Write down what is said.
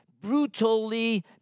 brutally